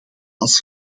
als